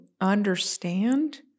understand